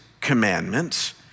commandments